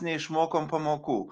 neišmokom pamokų